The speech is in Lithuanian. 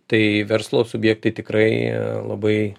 tai verslo subjektai tikrai labai